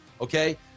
okay